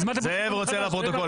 אז מה --- זאב רוצה לפרוטוקול,